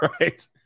right